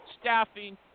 staffing